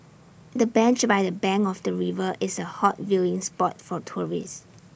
the bench by the bank of the river is A hot viewing spot for tourists